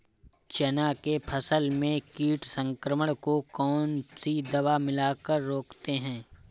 चना के फसल में कीट संक्रमण को कौन सी दवा मिला कर रोकते हैं?